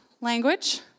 language